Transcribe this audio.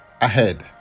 ahead